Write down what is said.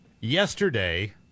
Yesterday